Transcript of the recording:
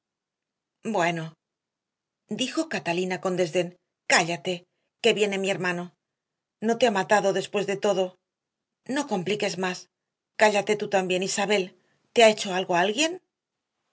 bueno dijo catalina con desdén cállate que viene mi hermano no te ha matado después de todo no compliques más cállate tú también isabel te ha hecho algo alguien